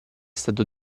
stato